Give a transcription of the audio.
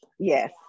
yes